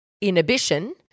inhibition